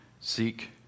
seek